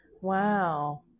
wow